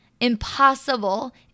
Impossible